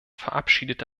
verabschiedete